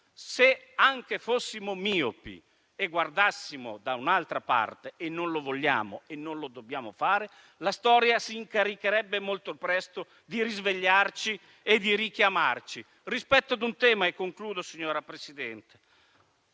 se anche fossimo miopi e guardassimo da un'altra parte - e non lo vogliamo e non lo dobbiamo fare - la storia si incaricherebbe molto presto di risvegliarci e di richiamarci rispetto ad un tema. Concludo, signora Presidente: